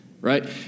right